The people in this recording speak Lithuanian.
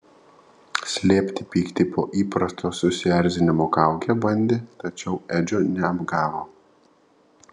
slėpti pyktį po įprasto susierzinimo kauke bandė tačiau edžio neapgavo